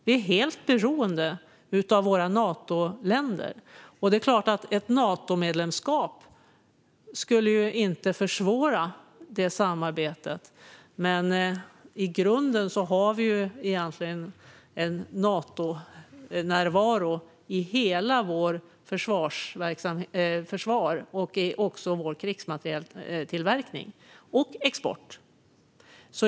Vi är helt beroende av Natoländerna. Det är klart att ett Natomedlemskap inte skulle försvåra detta samarbete. Men i grunden har vi egentligen en Natonärvaro i hela vårt försvar, i vår krigsmaterieltillverkning och i vår export.